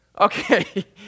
Okay